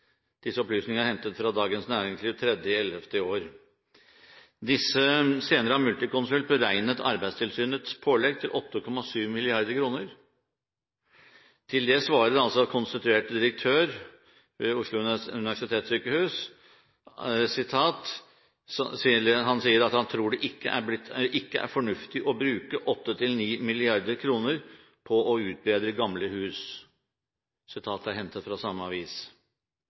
Disse opplysningene er hentet fra Dagens Næringsliv 3. november i år. Senere har Multiconsult beregnet Arbeidstilsynets pålegg til 8,7 mrd. kr. Til det svarer altså konstituert direktør ved Oslo universitetssykehus at han «tror ikke det er fornuftig å bruke åtte–ni milliarder kroner på å utbedre gamle hus». Sitatet er hentet fra samme avis.